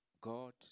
God